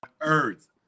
earth